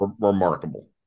Remarkable